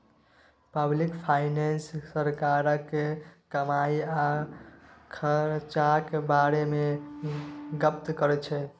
public finance सरकारक कमाई आ खरचाक बारे मे गप्प करै छै